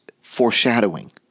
foreshadowing